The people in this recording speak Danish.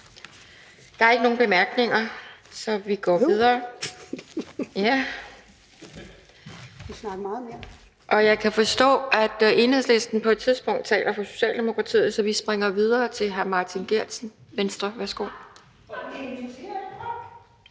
Der er ikke nogen korte bemærkninger, så vi går videre. Jeg kan forstå, at Enhedslisten på et tidspunkt taler på vegne af Socialdemokratiet, så vi springer videre til hr. Martin Geertsen, Venstre. Værsgo.